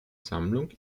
sammlung